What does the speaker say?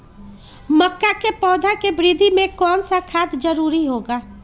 मक्का के पौधा के वृद्धि में कौन सा खाद जरूरी होगा?